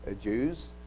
Jews